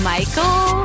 Michael